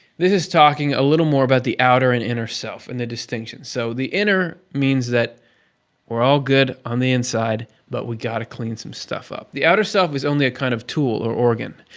this is talking a little more about the outer and inner self, and the distinctions. so, the inner means, we're all good on the inside, but we've got to clean some stuff up. the outer self is only a kind of tool or organ,